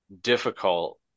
difficult